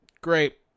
Great